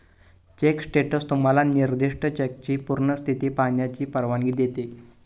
check status तुम्हाला निर्दिष्ट चेकची पूर्ण स्थिती पाहण्याची परवानगी देते